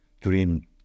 dream